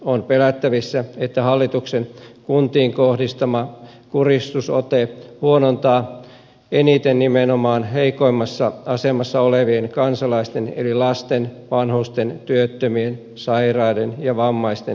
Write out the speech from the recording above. on pelättävissä että hallituksen kuntiin kohdistama kuristusote huonontaa eniten nimenomaan heikoimmassa asemassa olevien kansalaisten eli lasten vanhusten työttömien sairaiden ja vammaisten etuja